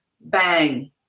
bang